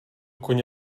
koně